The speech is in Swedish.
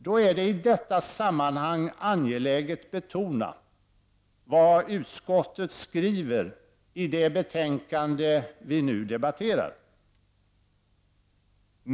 Det är i detta sammanhang angeläget att betona vad utskottet skriver i det betänkande vi nu debatterar.